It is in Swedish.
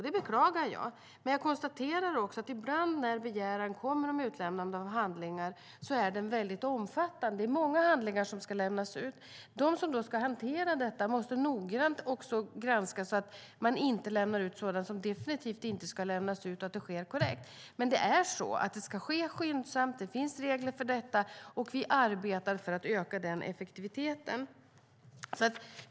Det beklagar jag, men jag konstaterar också att begäran om utlämnande av handlingar ibland är väldigt omfattande när den kommer - det är många handlingar som ska lämnas ut. De som då ska hantera detta måste noggrant granska så att de inte lämnar ut sådant som definitivt inte ska lämnas ut och ser till att det sker korrekt. Men det är så att det ska ske skyndsamt. Det finns regler för detta, och vi arbetar för att öka effektiviteten.